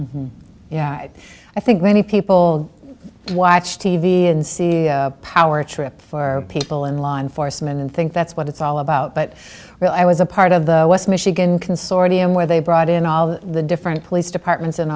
community yeah i think many people watch t v and see a power trip for people in law enforcement and think that's what it's all about but when i was a part of the west michigan consortium where they brought in all the different police departments